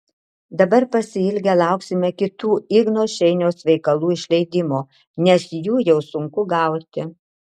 dabar pasiilgę lauksime kitų igno šeiniaus veikalų išleidimo nes jų jau sunku gauti